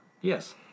Yes